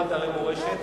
שימור אתרי מורשת.